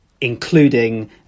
including